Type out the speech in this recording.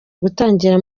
gutangira